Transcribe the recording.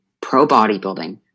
pro-bodybuilding